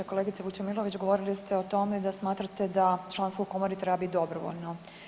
Kolegice Vučemilović, govorili ste o tome da smatrate da članstvo u Komori treba biti dobrovoljno.